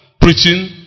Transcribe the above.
preaching